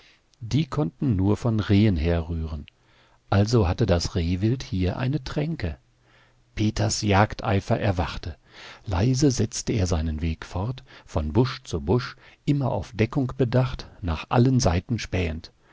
die konnten nur von rehen herrühren also hatte das rehwild hier eine tränke peters jagdeifer erwachte leise setzte er seinen weg fort von busch zu busch immer auf deckung bedacht nach allen seiten spähend